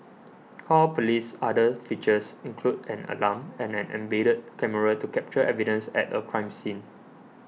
call Police's other features include an alarm and an embedded camera to capture evidence at a crime scene